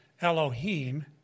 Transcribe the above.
Elohim